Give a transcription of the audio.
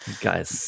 guys